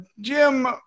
jim